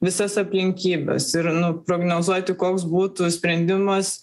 visas aplinkybes ir nu prognozuoti koks būtų sprendimas